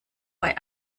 bei